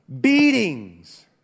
beatings